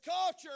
culture